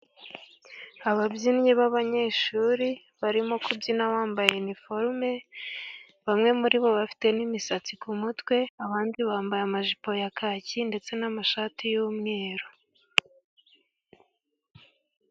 Ababyinnyi b'abanyeshuri barimo kubyina bambaye iniforume. Bamwe muri bo bafite n'imisatsi ku mutwe, abandi bambaye amajipo ya kaki ndetse n'amashati y'umweru.